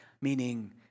Meaning